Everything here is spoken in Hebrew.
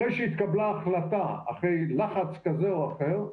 אחרי שהתקבלה החלטה, אחרי לחץ כזה או אחר,